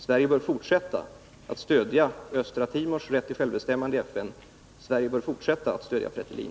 Sverige bör fortsätta att i FN stödja Östra Timors rätt till självbestämmande. Sverige bör fortsätta att stödja FRETILIN.